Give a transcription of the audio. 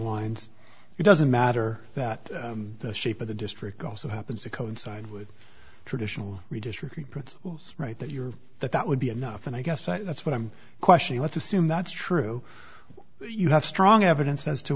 lines it doesn't matter that the shape of the district also happens to coincide with traditional redistricting prince right that you're that that would be enough and i guess that's what i'm questioning let's assume that's true you have strong evidence as to